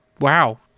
wow